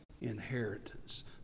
inheritance